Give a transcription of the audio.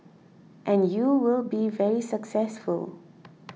and you will be very successful